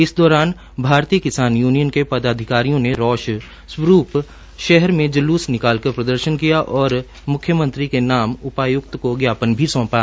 इस दौरान भारतीय किसान य्नियन के पदाधिकारियों ने रोष स्वरूप शहर में ज्लूस निकालकर प्रदर्शन किया और मुख्यमंत्री के नाम उपाय्क्त को ज्ञापन भी सौंपा